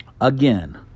Again